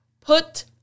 put